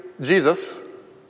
Jesus